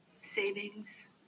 Savings